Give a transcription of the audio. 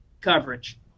coverage